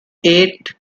eight